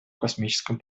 космическом